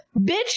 bitch